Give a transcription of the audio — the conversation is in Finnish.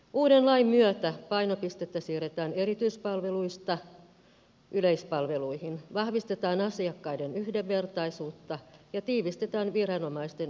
uuden lain myötä painopistettä siirretään erityispalveluista yleispalveluihin vahvistetaan asiakkaiden yhdenvertaisuutta ja tiivistetään viranomaisten yhteistyötä